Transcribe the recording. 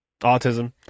Autism